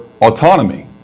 autonomy